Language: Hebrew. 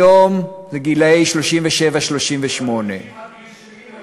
היום זה גילאי 37 38. זה ממשיך עד גיל 70,